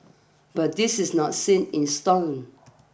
but this is not set in stone